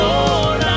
Lord